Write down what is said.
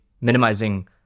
minimizing